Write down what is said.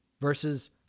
versus